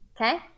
Okay